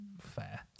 fair